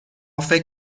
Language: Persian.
فکر